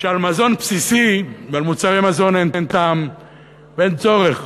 שעל מזון בסיסי ועל מוצרי מזון אין טעם ואין צורך